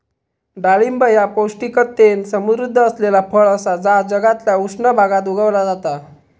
डाळिंब ह्या पौष्टिकतेन समृध्द असलेला फळ असा जा जगातल्या उष्ण भागात उगवला जाता